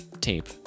tape